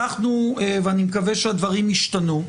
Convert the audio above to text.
ואני מקווה שהדברים ישתנו.